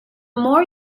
more